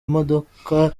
modoka